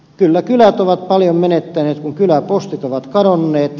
kyllä kylät ovat paljon menettäneet kun kyläpostit ovat kadonneet